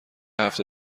هفته